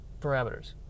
parameters